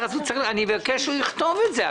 אני מבקש שהוא יכתוב את זה.